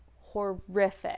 Horrific